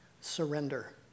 surrender